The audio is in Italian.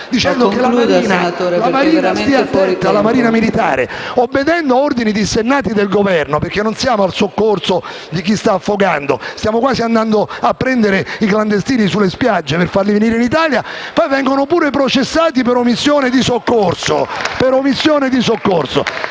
della Marina militare, obbedendo a ordini dissennati del Governo - non siamo al soccorso di chi sta affogando, ma stiamo quasi andando a prendere i clandestini sulle spiagge per farli venire in Italia - poi viene pure processato per omissione di soccorso.